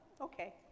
okay